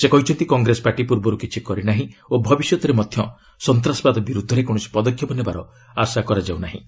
ସେ କହିଛନ୍ତି କଂଗ୍ରେସ ପାର୍ଟି ପୂର୍ବରୁ କିଛି କରି ନାହିଁ ଓ ଭବିଷ୍ୟତରେ ମଧ୍ୟ ସନ୍ତାସବାଦ ବିରୁଦ୍ଧରେ କୌଣସି ପଦକ୍ଷେପ ନେବାର ଆଶା କରାଯାଉ ନାହିଁ